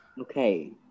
Okay